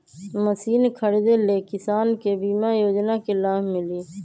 Machine खरीदे ले किसान के बीमा योजना के लाभ मिली?